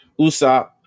Usopp